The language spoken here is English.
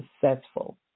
successful